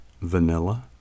vanilla